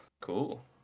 Cool